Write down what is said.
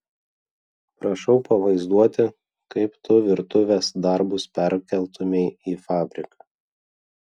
prašau pavaizduoti kaip tu virtuvės darbus perkeltumei į fabriką